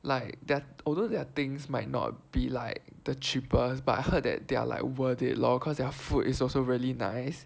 like thir although their things might not be like the cheapest but I heard that they are like worth it lor cause their food is also really nice